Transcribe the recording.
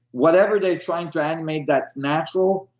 whatever they're trying to animate that's natural,